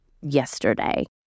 yesterday